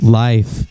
life